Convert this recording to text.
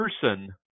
person